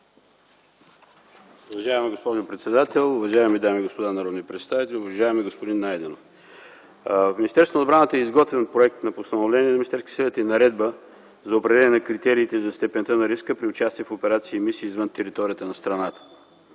Уважаема госпожо председател, уважаеми дами и господа народни представители! Уважаеми господин Найденов, в Министерството на отбраната е изготвен проект на постановление на Министерския съвет и на Наредба за определяне на критериите за степента на риска при участие в операции и мисии извън територията на страната.